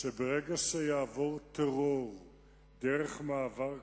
שברגע שיעבור טרור דרך מעבר כזה,